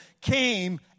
came